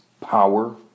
power